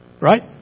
Right